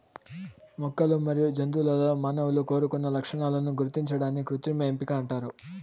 మొక్కలు మరియు జంతువులలో మానవులు కోరుకున్న లక్షణాలను గుర్తించడాన్ని కృత్రిమ ఎంపిక అంటారు